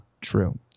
true